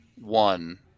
one